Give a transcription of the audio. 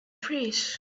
trees